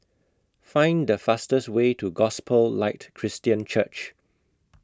Find The fastest Way to Gospel Light Christian Church